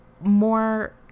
more